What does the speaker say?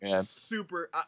super